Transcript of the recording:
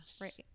Right